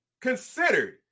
considered